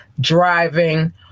driving